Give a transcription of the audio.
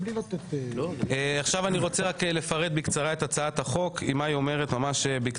מה הצעת החוק אומרת?